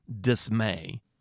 dismay